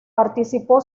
participó